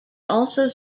also